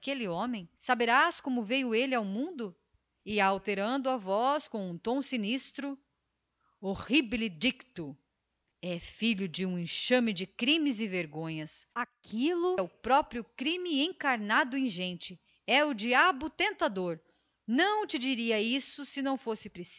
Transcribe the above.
daquele homem saberás como veio ao mundo e alterando a voz para um tom sinistro horrible dictu é filho de um enxame de crimes e vergonhas aquilo é o próprio crime feito gente é um diabo é o inferno em carne e osso não te diria isto minha filha se assim não fosse